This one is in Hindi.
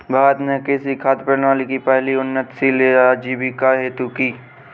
भारत ने कृषि खाद्य प्रणाली की पहल उन्नतशील आजीविका हेतु की